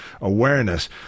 awareness